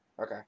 Okay